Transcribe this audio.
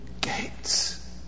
gates